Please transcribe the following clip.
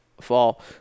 fall